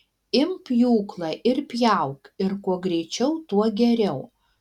imk pjūklą ir pjauk ir kuo greičiau tuo geriau